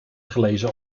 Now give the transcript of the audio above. gelezen